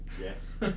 Yes